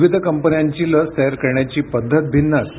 विविध कंपन्यांची लस तयार करण्याची पद्धत भिन्न असते